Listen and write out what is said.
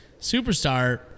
superstar